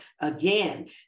again